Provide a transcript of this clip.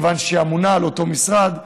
מכיוון שהיא אמונה על אותו משרד.